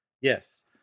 Yes